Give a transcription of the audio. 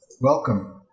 welcome